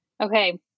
Okay